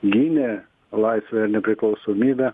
gynė laisvę ir nepriklausomybę